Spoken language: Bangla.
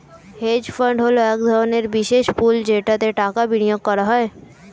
হেজ ফান্ড হলো এক ধরনের বিশেষ পুল যেটাতে টাকা বিনিয়োগ করা হয়